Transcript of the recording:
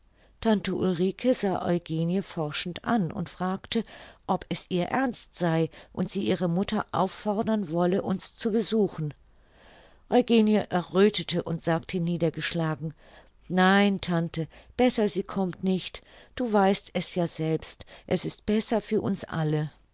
tante ulrike sah eugenie forschend an und fragte ob es ihr ernst sei und sie ihre mutter auffordern wolle uns zu besuchen eugenie erröthete und sagte niedergeschlagen nein tante besser sie kommt nicht du weißt es ja selbst es ist besser für uns alle